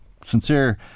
sincere